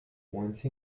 once